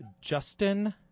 Justin